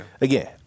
again